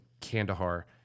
Kandahar